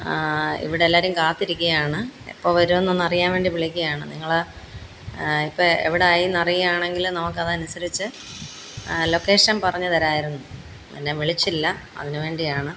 ഇവിടെല്ലാവരും കാത്തിരിക്കുകയാണ് എപ്പോള് വരുമെന്നൊന്നറിയാന് വേണ്ടി വിളിക്കുകയാണ് നിങ്ങള് ഇപ്പോള് എവിടായി എന്നറിയാണെങ്കില് നമുക്കതനുസരിച്ച് ലൊക്കേഷൻ പറഞ്ഞു തരാമായിരുന്നു എന്നെ വിളിച്ചില്ല അതിന് വേണ്ടിയാണ്